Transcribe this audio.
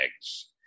eggs